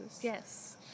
Yes